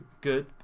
good